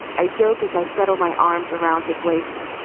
a joke, as i said, all my arms around his waist.